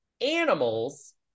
animals